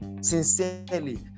sincerely